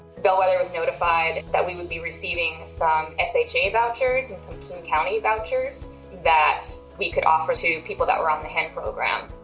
bellwether was noticed that we would be receiving some hsa vouchers and some king county vouchers that we could offer to people that were on the hen program.